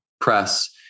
press